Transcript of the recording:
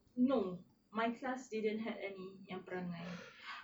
no my class didn't had any emperor